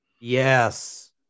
yes